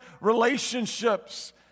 relationships